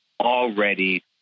already